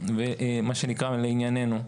לענייננו,